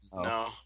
No